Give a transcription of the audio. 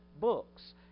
books